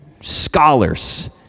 scholars